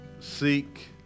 Seek